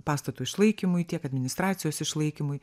pastato išlaikymui tiek administracijos išlaikymui